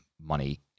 money